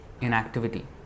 inactivity